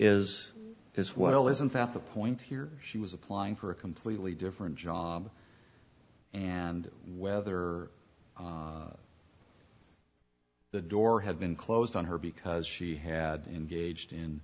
is is well isn't that the point here she was applying for a completely different job and whether the door had been closed on her because she had engaged in